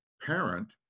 parent